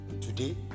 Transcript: Today